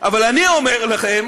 אבל אני אומר לכם